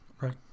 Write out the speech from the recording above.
Right